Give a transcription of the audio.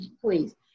please